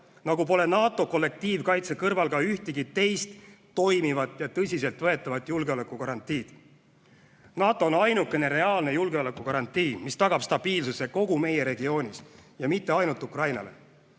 nagu pole NATO kollektiivkaitse kõrval ühtegi teist toimivat ja tõsiseltvõetavat julgeolekugarantiid. NATO on ainukene reaalne julgeolekugarantii, mis tagab stabiilsuse kogu meie regioonis, ja mitte ainult Ukrainale.